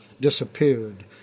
disappeared